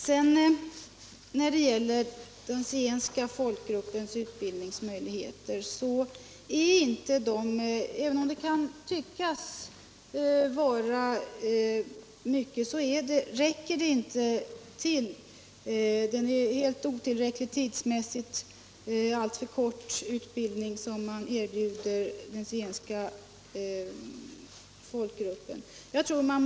Även om den zigenska folkgruppens utbildningsmöjligheter kan synas vara goda, är ändå den utbildning som erbjuds denna folkgrupp alldeles för kort.